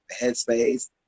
headspace